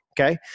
okay